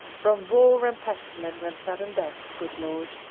from war and pestilence and sudden death, good lord,